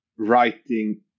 Writing